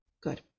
Good